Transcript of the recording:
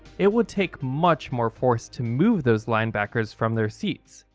it would take much more force to move those linebackers from their seats.